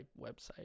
website